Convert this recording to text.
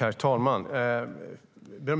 Herr talman! Amineh